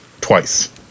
twice